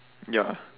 ya lah